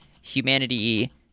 humanity